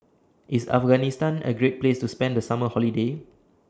IS Afghanistan A Great Place to spend The Summer Holiday